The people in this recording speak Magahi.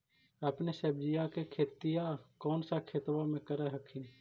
अपने सब्जिया के खेतिया कौन सा खेतबा मे कर हखिन?